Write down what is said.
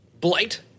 Blight